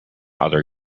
other